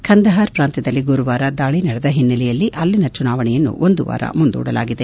ಖಂದಹಾರ್ ಪ್ರಾಂತ್ಯದಲ್ಲಿ ಗುರುವಾರ ದಾಳಿ ನಡೆದ ಹಿನ್ನೆಲೆಯಲ್ಲಿ ಅಲ್ಲಿನ ಚುನಾವಣೆಯನ್ನು ಒಂದು ವಾರ ಮುಂದೂಡಲಾಗಿದೆ